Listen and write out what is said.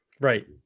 Right